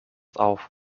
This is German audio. auf